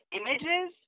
images